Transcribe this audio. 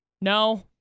No